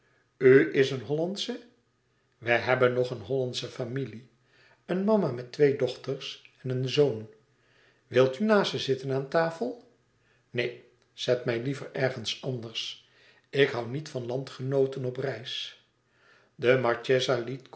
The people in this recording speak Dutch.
is een hollandsche wij hebben nog eene hollandsche familie een mama met twee dochters en een zoon wil u naast ze zitten aan tafel neen zet mij liever ergens anders ik hoû niet van landgenooten op reis de marchesa